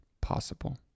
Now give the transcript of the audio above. possible